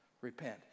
Repent